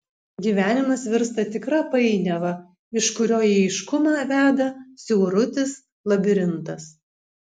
gyvenimas virsta tikra painiava iš kurio į aiškumą veda siaurutis labirintas